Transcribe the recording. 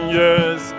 yes